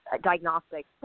diagnostic